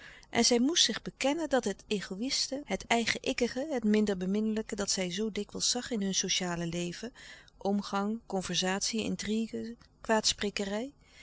en zij moest zich bekennen dat het egoïste het eigen ikkige het minder beminnelijke dat zij zoo dikwijls zag in hun sociale leven omgang conversatie intrigue